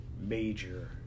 major